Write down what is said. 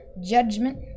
judgment